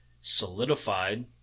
solidified